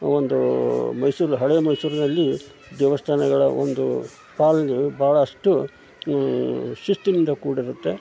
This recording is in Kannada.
ಒಂದು ಮೈಸೂರು ಹಳೆ ಮೈಸೂರಿನಲ್ಲಿ ದೇವಸ್ಥಾನಗಳ ಒಂದು ಪಾಲು ಭಾಳಷ್ಟು ಶಿಸ್ತಿನಿಂದ ಕೂಡಿರುತ್ತೆ